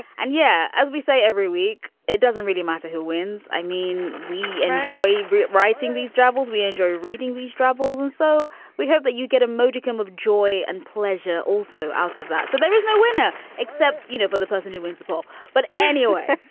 and yeah, as we say, every week it doesn't really matter who wins. i mean, we enjoy writing these jobs. we enjoy reading these troubles. and so we hope that you get a modicum of joy and pleasure also out of that so there is no winner except, you know, for the person who wins the poll. but anyway,